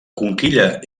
conquilla